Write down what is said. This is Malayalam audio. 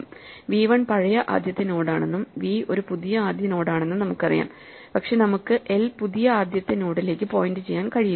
v 1 പഴയ ആദ്യത്തെ നോഡാണെന്നും v ഒരു പുതിയ ആദ്യ നോഡാണെന്നും നമുക്കറിയാം പക്ഷേ നമുക്ക് l പുതിയ ആദ്യത്തെ നോഡിലേക്ക് പോയിന്റ് ചെയ്യാൻ കഴിയില്ല